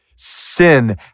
Sin